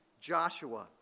joshua